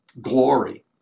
glory